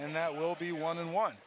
and that will be one on one